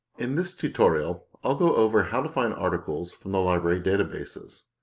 in this tutorial, i'll go over how to find articles from the library databases.